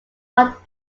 what